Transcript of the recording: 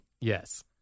Yes